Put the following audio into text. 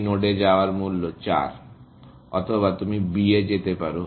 সেই নোডে যাওয়ার মূল্য 4 অথবা তুমি B এ যেতে পারো